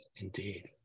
Indeed